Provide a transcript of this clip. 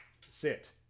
sit